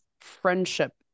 friendship